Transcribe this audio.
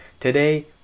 Today